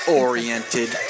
oriented